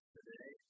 today